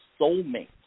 soulmate